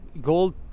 gold